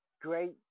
great